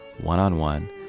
one-on-one